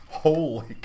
Holy